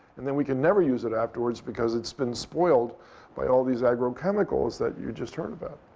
and then we can never use it afterwards because it's been spoiled by all these agro chemicals that you just heard about.